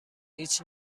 هیچ